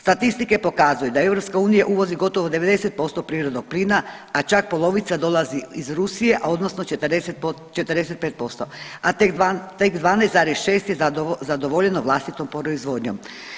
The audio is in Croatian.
Statistike pokazuju da EU uvozi gotovo 90% prirodnog plina, a čak polovica dolazi iz Rusije, a odnosno 45%, a tek 12,6 je zadovoljeno vlastitom proizvodnjom.